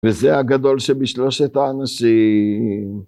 וזה הגדול שבשלושת האנשים.